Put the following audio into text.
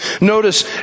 Notice